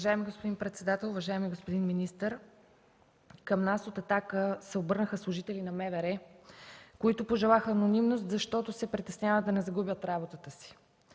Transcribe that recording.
Уважаеми господин председател, уважаеми господин министър! Към нас от „Атака” се обърнаха служители на МВР, които пожелаха анонимност, защото се притесняват да не загубят работата си.